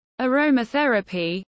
aromatherapy